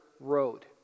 road